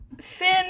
Finn